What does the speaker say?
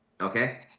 Okay